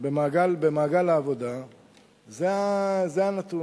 במעגל העבודה זה הנתון.